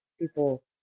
people